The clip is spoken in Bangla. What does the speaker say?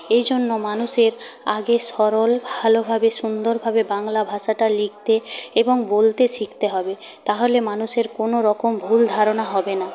এই জন্য মানুষের আগে সরল ভালোভাবে সুন্দরভাবে বাংলা ভাষাটা লিখতে এবং বলতে শিখতে হবে তাহলে মানুষের কোনওরকম ভুল ধারণা হবে না